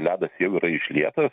ledas jau yra išlietas